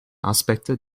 aspekte